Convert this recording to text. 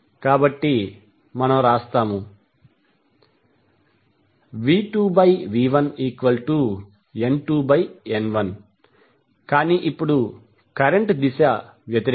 కాబట్టి మనము వ్రాస్తాము V2V1N2N1 కానీ ఇప్పుడు కరెంట్ దిశ వ్యతిరేకం